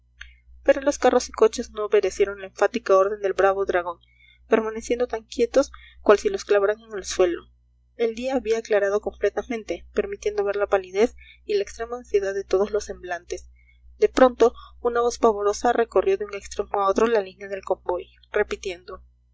pero los carros y coches no obedecieron la enfática orden del bravo dragón permaneciendo tan quietos cual si los clavaran en el suelo el día había aclarado completamente permitiendo ver la palidez y la extrema ansiedad de todos los semblantes de pronto una voz pavorosa recorrió de un extremo a otro la línea del convoy repitiendo